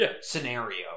scenario